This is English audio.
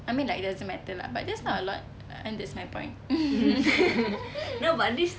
I mean like it doesn't matter lah but that's not a lot and that's my point